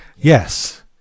Yes